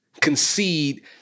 concede